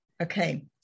Okay